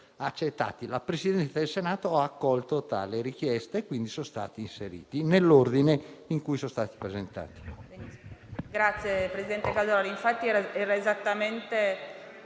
Il Presidente del Senato ha accolto tale richiesta e quindi sono stati inseriti, nell'ordine in cui è stata presentata